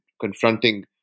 confronting